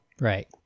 Right